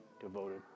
devoted